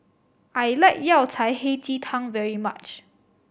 I like Yao Cai Hei Ji Tang very much